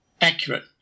accurate